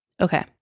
Okay